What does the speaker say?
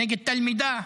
נגד תלמידה.